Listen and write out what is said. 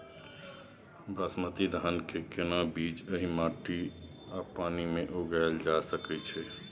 बासमती धान के केना बीज एहि माटी आ पानी मे उगायल जा सकै छै?